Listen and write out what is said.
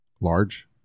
large